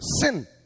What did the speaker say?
sin